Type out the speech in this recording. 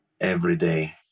everyday